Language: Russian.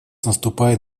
наступает